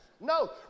No